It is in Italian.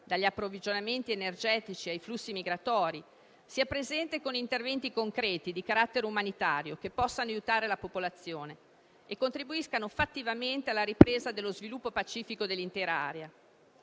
dagli approvvigionamenti energetici ai flussi migratori, sia presente con interventi concreti di carattere umanitario che possano aiutare la popolazione e contribuire fattivamente alla ripresa dello sviluppo pacifico dell'intera area.